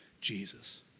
Jesus